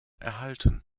erhalten